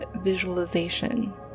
visualization